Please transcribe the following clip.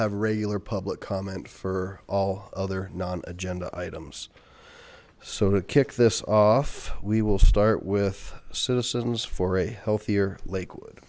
have regular public comment for all other non agenda items so to kick this off we will start with citizens for a healthier lakewood